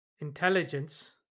intelligence